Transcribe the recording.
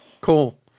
Cool